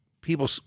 people